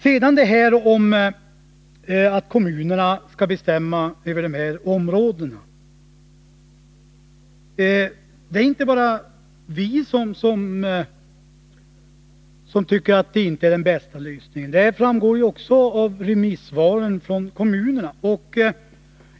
Sedan detta om att kommunerna skall bestämma över dessa områden. Det är inte bara vi som tycker att det inte är den bästa lösningen — det framgår ju också av remissvaren från kommunerna.